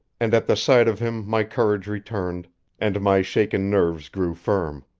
and at the sight of him my courage returned and my shaken nerves grew firm.